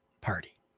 party